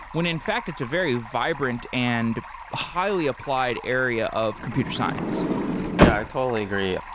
when in fact, it's a very vibrant and highly applied area of computer science no, i totally agree.